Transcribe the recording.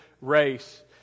race